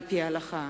על-פי ההלכה,